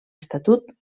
estatut